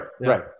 right